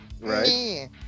Right